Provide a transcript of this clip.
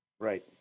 Right